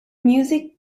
music